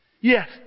Yes